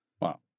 Wow